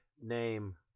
name